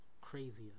crazier